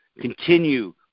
Continue